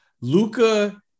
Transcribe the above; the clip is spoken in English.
Luca